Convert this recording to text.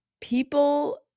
people